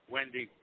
Wendy